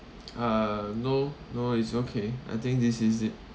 uh no no it's okay I think this is it